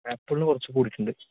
ആപ്പിളിന് കുറച്ചു കൂടീട്ടുണ്ട്